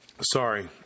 Sorry